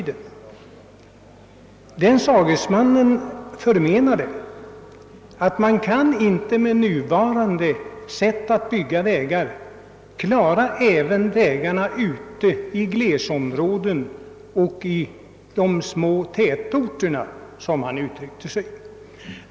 Denne förmenade att man inte med nuvarande sätt att bygga vägar kan klara väbgyggandet även ute i glesbygdsområdena och i de små tätorterna, såsom han uttryckte sig.